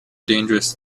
dangerous